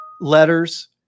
letters